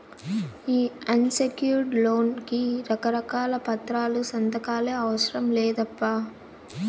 ఈ unsecured loan కి రకారకాల పత్రాలు, సంతకాలే అవసరం లేదప్పా